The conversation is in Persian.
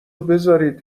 بذارید